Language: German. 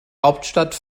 hauptstadt